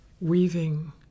weaving